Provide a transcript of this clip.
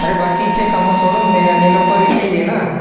अरे बाकीचे कामं सोडून दे आणि लवकर इथे ये ना